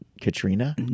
Katrina